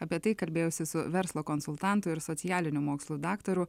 apie tai kalbėjausi su verslo konsultantu ir socialinių mokslų daktaru